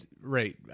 Right